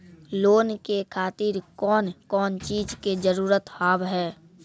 Loan के खातिर कौन कौन चीज के जरूरत हाव है?